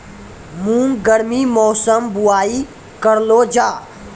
मूंग गर्मी मौसम बुवाई करलो जा?